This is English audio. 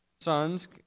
sons